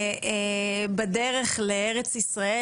בדרך לארץ ישראל,